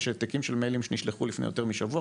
יש העתקים של מיילים שנשלחו לפני יותר משבוע,